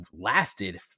lasted